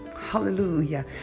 hallelujah